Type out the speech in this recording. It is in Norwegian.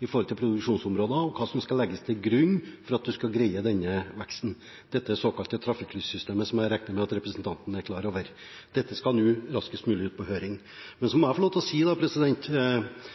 i forhold til produksjonsområdene og hva som skal legges til grunn for at man skal greie denne veksten – dette såkalte trafikklyssystemet, som jeg regner med at representanten er klar over. Dette skal raskest mulig nå ut på høring. Så må jeg få lov til å si